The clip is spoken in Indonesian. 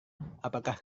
apakah